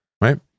right